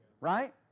Right